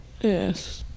Yes